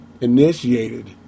initiated